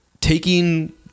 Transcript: taking